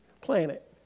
planet